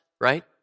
right